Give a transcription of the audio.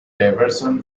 diversion